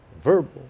verbal